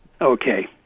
Okay